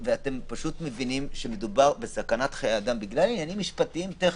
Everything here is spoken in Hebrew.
ואתם פשוט מבינים שמדובר בסכנת חיי אדם בגלל עניינים משפטיים טכניים.